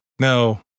no